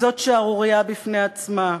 שזאת שערורייה בפני עצמה.